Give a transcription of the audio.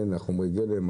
חומרי הגלם,